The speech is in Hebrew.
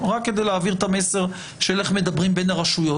רק כדי להעביר את המסר של איך מדברים בין הרשויות..